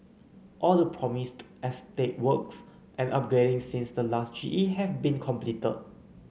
all the promised estate works and upgrading since the last G E have been completed